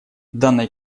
данной